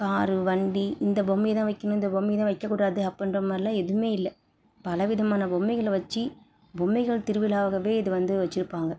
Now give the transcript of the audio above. car வண்டி இந்த பொம்மை தான் வைக்கணும் இந்த பொம்மை தான் வைக்கக்கூடாது அப்பிடின்ற மாதிரிலாம் எதுவும் இல்லை பலவிதமான பொம்மைகளை வெச்சு பொம்மைகள் திருவிழாவாகவே இது வந்து வெச்சுருப்பாங்க